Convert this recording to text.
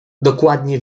dokładnie